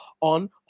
on